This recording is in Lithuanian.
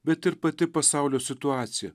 bet ir pati pasaulio situacija